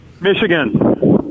Michigan